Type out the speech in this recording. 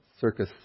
circus